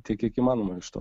tiek įmanoma iš to